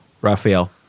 Raphael